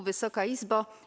Wysoka Izbo!